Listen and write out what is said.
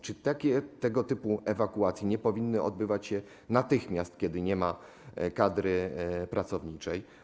Czy takie, tego typu ewakuacje nie powinny odbywać się natychmiast, kiedy nie ma kadry pracowniczej?